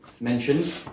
mentioned